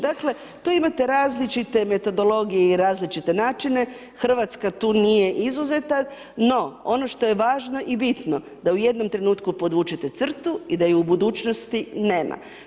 Dakle, tu imate različite metodologije i različite načine, Hrvatska tu nije izuzeta, no ono što je važno i bitno, da u jednom trenutku podvučete crtu i da je u budućnosti nema.